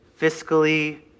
fiscally